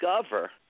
discover